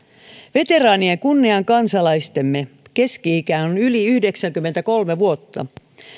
veteraanien kunniakansalaistemme keski ikä on on yli yhdeksänkymmentäkolme vuotta